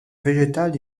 végétal